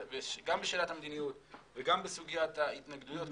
גם בשאלת המדיניות וגם בסוגיית ההתנגדויות,